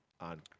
on